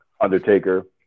Undertaker